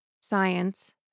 science